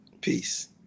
peace